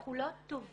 אנחנו לא תובעים,